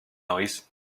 noise